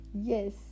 Yes